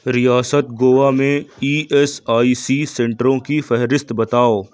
ریاست گوا میں E S I C سینٹروں کی فہرست بتاؤ